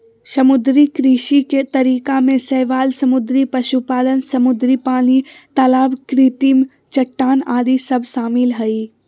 समुद्री कृषि के तरीका में शैवाल समुद्री पशुपालन, समुद्री पानी, तलाब कृत्रिम चट्टान आदि सब शामिल हइ